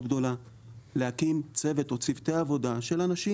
גדולה להקים צוות או צוותי עבודה של אנשים,